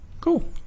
cool